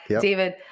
David